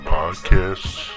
podcasts